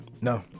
No